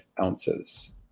ounces